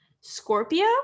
Scorpio